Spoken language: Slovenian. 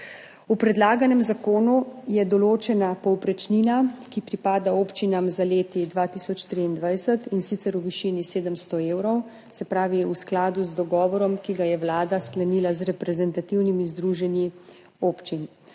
V predlaganem zakonu je določena povprečnina, ki pripada občinam za leto 2023, in sicer v višini 700 evrov, se pravi v skladu z dogovorom, ki ga je Vlada sklenila z reprezentativnimi združenji občin.